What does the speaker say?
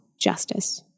justice